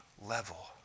level